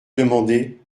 demandé